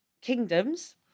kingdoms